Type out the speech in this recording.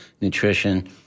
nutrition